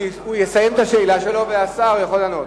הוא יסיים את השאלה שלו והשר יכול לענות.